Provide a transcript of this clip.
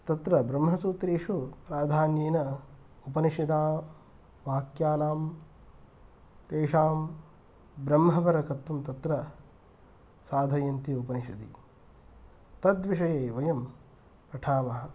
तत्र ब्रह्मसूत्रेषु प्राधान्येन उपनिषद्वाक्यानां तेषां ब्रह्मपरतत्वं तत्र साधयन्ति उपनिषदि तद्विषये वयं पठामः